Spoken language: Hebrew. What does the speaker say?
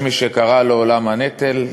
יש מי שקרא לו "עולם הנטל",